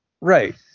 Right